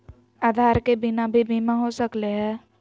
आधार के बिना भी बीमा हो सकले है?